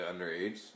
underage